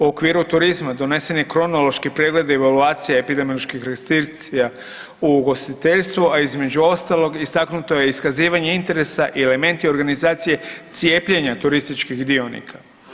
U okviru turizma donesen je kronološki pregled evaluacija epidemioloških restrikcija u ugostiteljstvu, a između ostalog istaknuto je iskazivanje interesa i elementi organizacije cijepljenja turističkih dionika.